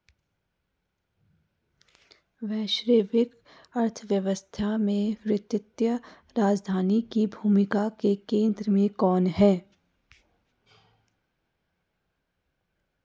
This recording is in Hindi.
वैश्विक अर्थव्यवस्था में वित्तीय राजधानी की भूमिका के केंद्र में कौन है?